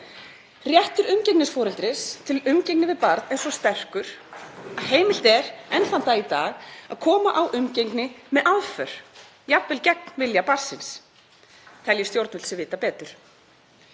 Réttur umgengnisforeldris til umgengni við barn er svo sterkur að heimilt er enn þann dag í dag að koma á umgengni með aðför, jafnvel gegn vilja barnsins, telji stjórnvöld sig vita betur.